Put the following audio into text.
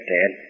Dad